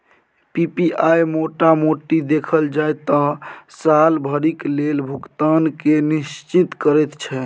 PPI मोटा मोटी देखल जाइ त साल भरिक लेल भुगतान केँ निश्चिंत करैत छै